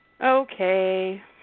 okay